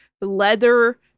leather